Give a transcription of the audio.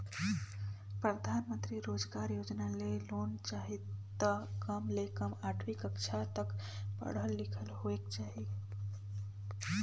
परधानमंतरी रोजगार योजना ले लोन चाही त कम ले कम आठवीं कक्छा तक पढ़ल लिखल होएक चाही